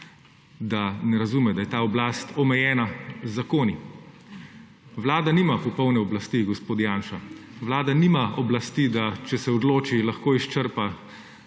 da ne razume, da je ta oblast omejena z zakoni. Vlada nima popolne oblasti, gospod Janša. Vlada nima oblasti, da če se odloči, lahko izčrpa